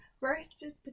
Roasted